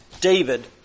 David